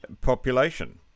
population